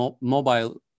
mobile